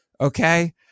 Okay